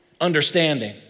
understanding